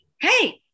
hey